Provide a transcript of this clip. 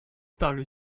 parle